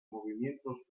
movimientos